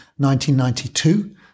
1992